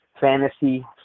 fantasy